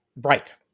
Right